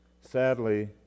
sadly